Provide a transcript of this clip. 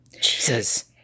Jesus